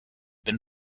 been